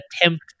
attempt